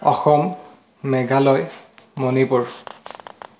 Assam Meghalaya Manipur